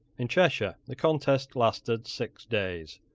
in cheshire the contest lasted six days.